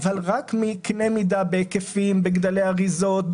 אבל רק מקנה מידה כלשהו של היקפים וגודלי אריזות,